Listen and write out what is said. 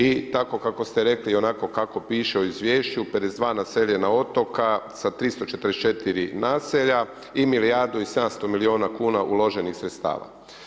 I tako kako ste rekli i onako kako piše u Izvješću, 52 naseljena otoka sa 344 naselja i milijardu i 700 miliona kuna uloženih sredstava.